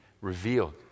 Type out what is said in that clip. revealed